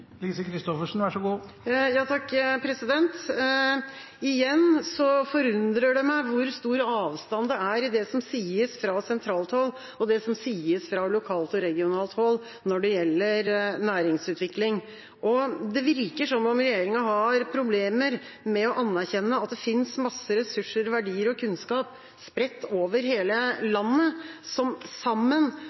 Igjen forundrer det meg hvor stor avstand det er mellom det som sies fra sentralt hold, og det som sies fra lokalt og regionalt hold når det gjelder næringsutvikling. Det virker som om regjeringa har problemer med å anerkjenne at det finnes masse ressurser, verdier og kunnskap spredt over hele landet som sammen